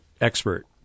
expert